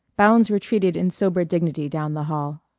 bounds retreated in sober dignity down the hallway.